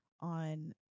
on